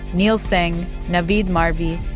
neel singh, navid marvi,